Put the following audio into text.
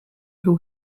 who